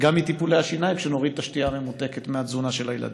גם מטיפולי השיניים כשנוריד את השתייה הממותקת מהתזונה של הילדים.